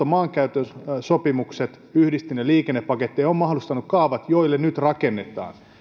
maankäytön sopimukset liikennepakettiin on mahdollistanut kaavat joille nyt rakennetaan